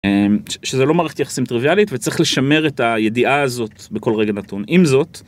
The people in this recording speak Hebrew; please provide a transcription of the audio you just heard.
שזה לא מערכת יחסים טריוויאלית וצריך לשמר את הידיעה הזאת בכל רגע נתון. עם זאת.